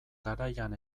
garaian